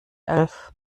elf